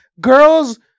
Girls